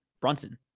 Brunson